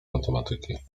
matematyki